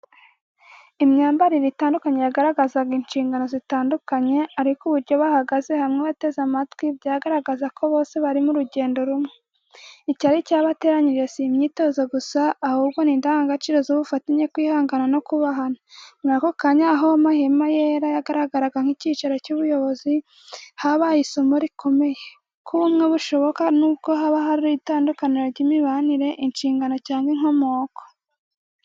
Imyambarire itandukanye yagaragazaga inshingano zitandukanye, ariko uburyo bahagaze hamwe, bateze amatwi, byagaragazaga ko bose bari mu rugendo rumwe. Icyari cyabateranyije si imyitozo gusa, ahubwo ni indangagaciro z’ubufatanye, kwihangana no kubahana. Muri ako kanya, aho amahema yera yagaragaraga nk’icyicaro cy’ubuyobozi, habaye isomo rikomeye: ko ubumwe bushoboka nubwo haba hari itandukaniro ry’imyambarire, inshingano cyangwa inkomoko.